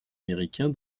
américain